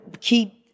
keep